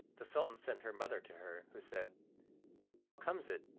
the sultan sent her mother to her, who said how comes it,